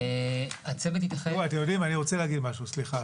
סליחה,